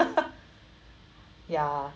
ya